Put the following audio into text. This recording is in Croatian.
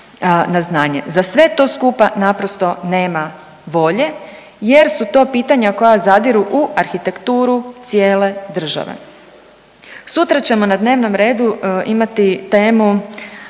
Za sve to skupa naprosto nema volje jer su to pitanja koja zadiru u arhitekturu cijele države. Sutra ćemo na dnevnom redu imati temu